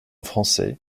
français